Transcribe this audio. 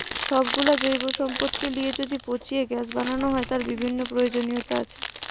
সব গুলো জৈব সম্পদকে লিয়ে যদি পচিয়ে গ্যাস বানানো হয়, তার বিভিন্ন প্রয়োজনীয়তা আছে